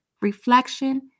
reflection